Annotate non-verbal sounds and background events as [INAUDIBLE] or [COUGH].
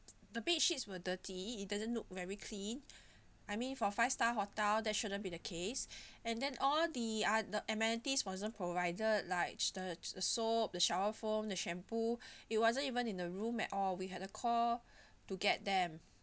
the bed sheets were dirty it doesn't look very clean [BREATH] I mean for five star hotel that shouldn't be the case [BREATH] and then all the uh the amenities wasn't provided like s~ the the soap the shower foam the shampoo [BREATH] it wasn't even in the room at all we had to call [BREATH] to get them